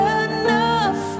enough